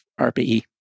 RPE